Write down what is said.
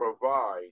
provide